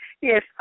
Yes